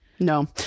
No